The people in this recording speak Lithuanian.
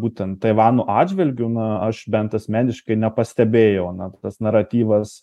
būtent taivano atžvilgiu na aš bent asmeniškai nepastebėjau na tas naratyvas